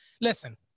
Listen